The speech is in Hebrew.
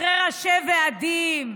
אחרי ראשי ועדים,